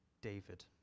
David